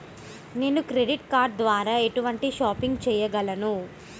నేను credit card ద్వార ఎటువంటి షాపింగ్ చెయ్యగలను?